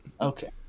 Okay